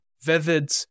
vivid